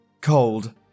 Cold